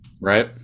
Right